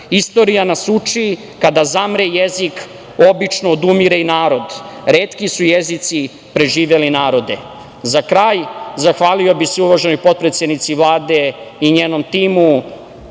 Istorija nas uči kada zamre jezik, obično odumire i narod. Retki su jezici preživeli narode.Za kraj, zahvalio bi se uvaženoj potpredsednici Vlade i njenom timu,